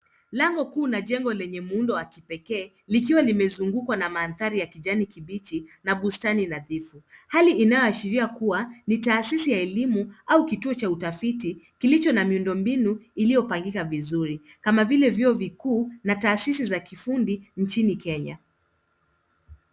lango kuu la jengo lenye muundo wa kipekee, likiwa limezungukwa na mandhari ya kijani kibichi na bustani nadhifu. Hali inayo ashiria kuwa, ni taasisi ya elimu au kituo cha utafiti, kilicho na miundo mbinu iliyo pangika vizuri kama vile vyuo vikuu, na taasisi za kifundi nchini Kenya.